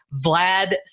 Vlad